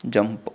jump